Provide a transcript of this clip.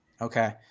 Okay